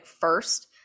first